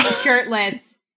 shirtless